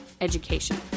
education